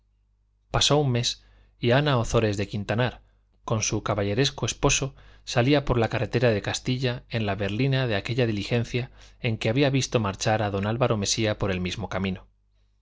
pasó un mes y ana ozores de quintanar con su caballeresco esposo salía por la carretera de castilla en la berlina de aquella diligencia en que había visto marchar a don álvaro mesía por el mismo camino